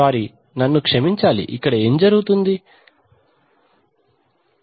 sorry నన్ను క్షమించాలి ఇక్కడ ఏం జరుగుతుంది ఓహ్